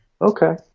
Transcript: Okay